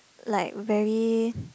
like very